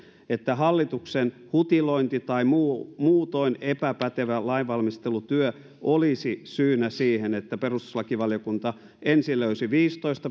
että hallituksen hutilointi tai muutoin epäpätevä lainvalmistelutyö olisi syynä siihen että perustuslakivaliokunta ensin löysi viidentoista